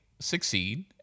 succeed